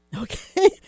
okay